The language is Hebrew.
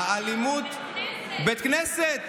האלימות, בית כנסת.